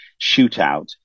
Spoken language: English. shootout